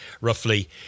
roughly